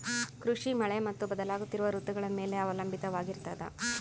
ಕೃಷಿ ಮಳೆ ಮತ್ತು ಬದಲಾಗುತ್ತಿರುವ ಋತುಗಳ ಮೇಲೆ ಅವಲಂಬಿತವಾಗಿರತದ